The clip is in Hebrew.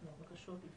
הבקשות.